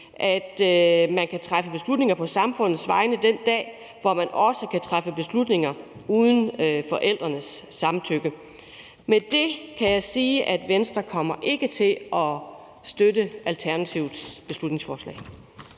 at man kan træffe beslutninger på samfundets vegne den dag, hvor man også kan træffe beslutninger uden forældrenes samtykke. Med det kan jeg sige, at Venstre ikke kommer til at støtte Alternativets beslutningsforslag.